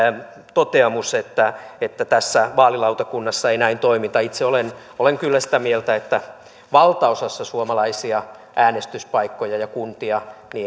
toteamus että että vaalilautakunnassa ei näin toimita itse olen olen kyllä sitä mieltä että valtaosassa suomalaisia äänestyspaikkoja ja kuntia